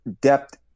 depth